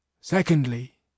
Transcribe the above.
Secondly